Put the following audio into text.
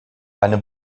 eine